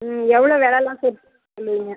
ம் எவ்வளோ வெலைலாம் சொல் சொல்லுவீங்க